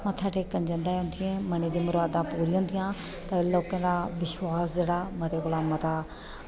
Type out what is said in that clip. मत्था टेकन जंदा उं'दी मनै दियां मरादां पूरियां होंदियां ते लोकें दा विश्वास जेह्ड़ा मते कोला मता